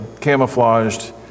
camouflaged